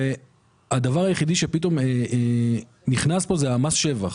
והדבר היחידי שפתאום נכנס פה זה מס שבח.